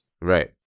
right